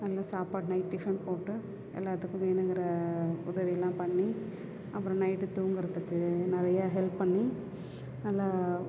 நல்ல சாப்பாடு night tiffin போட்டு எல்லாத்துக்கும் வேணுங்கிற உதவியெல்லாம் பண்ணி அப்புறம் நைட்டு தூங்கிறதுக்கு நிறைய ஹெல்ப் பண்ணி நல்லா